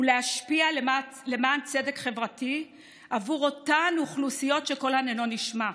ולהשפיע למען צדק חברתי עבור אותן אוכלוסיות שקולן אינו נשמע,